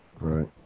Right